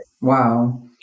Wow